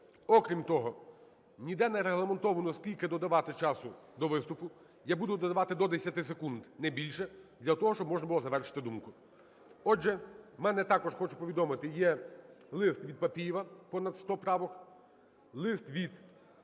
Окрім того, ніде не регламентовано, скільки додавати часу до виступу. Я буду додавати до 10 секунд, не більше для того, щоб можна було завершити думку. Отже, в мене також, хочу повідомити, є лист від Папієва – понад сто правок, лист від Ігоря